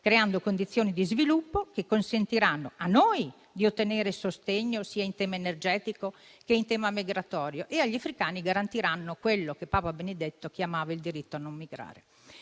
creando condizioni di sviluppo che consentiranno a noi di ottenere sostegno sia in tema energetico che in tema migratorio, e agli africani garantiranno quello che Papa Benedetto chiamava il diritto a non migrare.